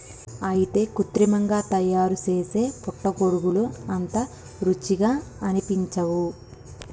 అయితే కృత్రిమంగా తయారుసేసే పుట్టగొడుగులు అంత రుచిగా అనిపించవు